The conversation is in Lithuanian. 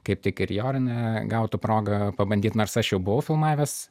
kaip tik ir jorūnė gautų progą pabandyt nors aš jau buvau filmavęs